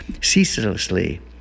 Ceaselessly